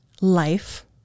life